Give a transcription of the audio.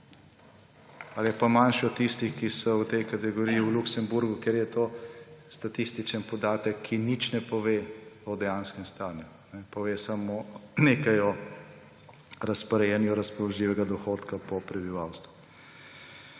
ali pa je manjši od tistih, ki so v tej kategoriji v Luksemburgu, ker je to statističen podatek, ki nič ne pove o dejanskem stanju, pove samo nekaj o razporejanju razpoložljivega dohodka po prebivalstvu.